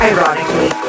Ironically